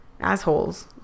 assholes